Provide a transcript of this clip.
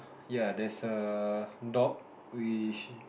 ya there's a dog